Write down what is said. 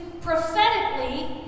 prophetically